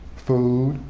food.